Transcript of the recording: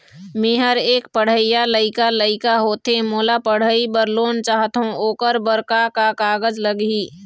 मेहर एक पढ़इया लइका लइका होथे मोला पढ़ई बर लोन चाहथों ओकर बर का का कागज लगही?